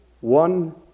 One